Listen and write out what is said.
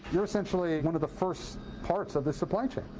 you're essentially one of the first parts of this supply chain.